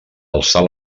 alçar